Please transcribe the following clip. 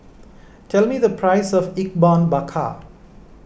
tell me the price of Ikan Bakar